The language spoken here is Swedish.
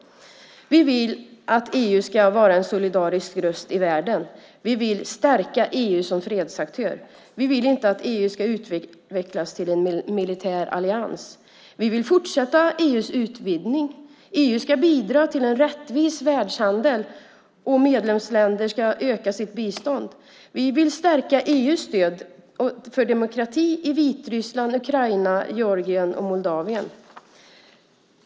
Vi vill att EU ska vara en solidarisk röst i världen. Vi vill stärka EU som fredsaktör. Vi vill inte att EU ska utvecklas till en militär allians. Vi vill fortsätta EU:s utvidgning. EU ska bidra till en rättvis världshandel, och medlemsländerna ska öka sitt bistånd. Vi vill stärka EU:s stöd för demokrati i Vitryssland, Ukraina, Georgien och Moldavien.